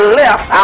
left